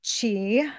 chi